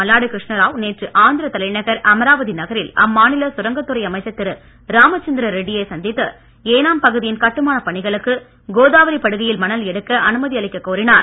மல்லாடி கிருஷ்ணாராவ் நேற்று ஆந்திர தலைநகர் அமராவதி நகரில் அம்மாநில சுரங்கத் துறை அமைச்சர் திரு ராமச்சந்திரா ரெட்டியை சந்தித்து ஏனாம் பகுதியின் கட்டுமான பணிகளுக்கு கோதாவரி படுகையில் மணல் எடுக்க அனுமதி அளிக்கக் கோரினார்